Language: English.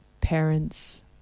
parents